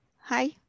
Hi